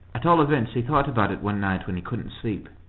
at all events he thought about it one night when he couldn't sleep.